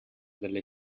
delle